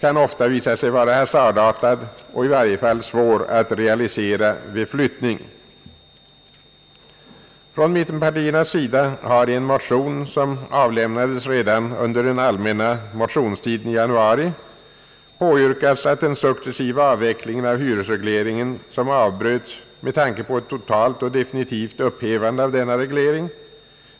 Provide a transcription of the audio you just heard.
kan ofta visa sig vara hasardartad och i varje fall svår att realisera vid flyttning. Från mittenpartiernas sida har i en motion, som avlämnades redan under den allmänna motionstiden i januari, påyrkats att den successiva avvecklingen av hyresregleringen, vilken avbröts med tanke på ett totalt och definitivt upphävande av denna reglering,